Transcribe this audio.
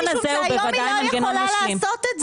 משום שהיום היא לא יכולה לעשות את זה.